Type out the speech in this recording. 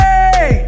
Hey